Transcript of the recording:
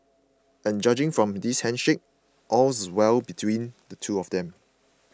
and judging from this handshake all's well between the two of them